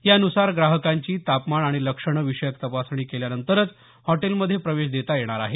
यानुसार ग्राहकांची तापमान आणि लक्षणं विषयक तपासणी केल्यानंतरच हॉटेलमधे प्रवेश देता येणार आहे